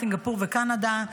סינגפור וקנדה,